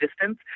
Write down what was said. distance